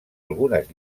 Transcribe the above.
algunes